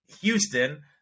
Houston